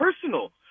personal